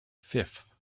fifth